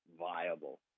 viable